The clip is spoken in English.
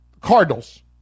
Cardinals